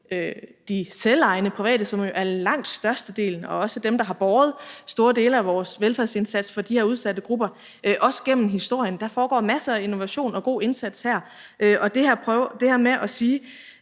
de selvejende private, som jo udgør langt størstedelen og også er dem, der har båret store dele af vores velfærdsindsats for de her udsatte grupper, også igennem historien. Der foregår masser af innovation og god indsats her. Og til det her med, at man